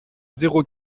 zéro